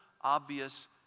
obvious